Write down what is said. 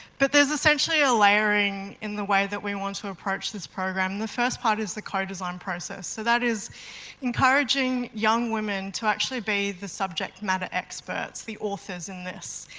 but there's essentially a layering in the way that we want to approach this program. the first part is the co-design process, so that is encouraging young women to actually be the subject matter experts, the authors in this.